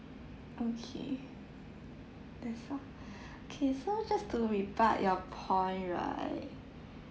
okay that's all K so just to rebut your point right